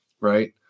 right